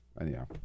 anyhow